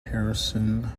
harrison